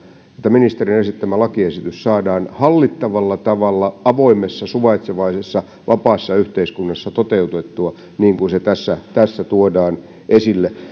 että ministeriön esittämä lakiesitys saadaan hallittavalla tavalla avoimessa suvaitsevaisessa vapaassa yhteiskunnassa toteutettua niin kuin se tässä tässä tuodaan esille